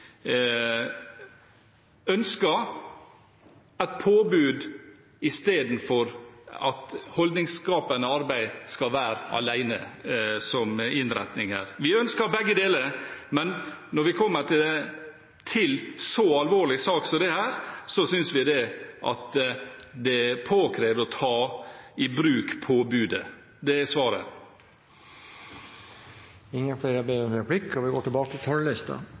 ønsker et påbud, istedenfor at holdningsskapende arbeid skal være den eneste innretningen her. Vi ønsker begge deler, men når vi kommer til en så alvorlig sak som dette, synes vi at det er påkrevd å ta i bruk påbudet. Det er svaret. Replikkordskiftet er avsluttet. Dette er inga enkel sak, og det burde det heller ikkje vere for nokon. Flytevest styrkjer sikkerheita til